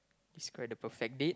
it's quite a perfect date